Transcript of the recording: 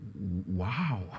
Wow